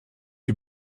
you